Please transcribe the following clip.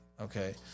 Okay